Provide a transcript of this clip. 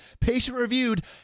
patient-reviewed